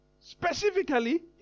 Specifically